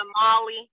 Molly